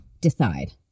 decide